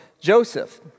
Joseph